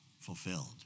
fulfilled